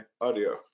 audio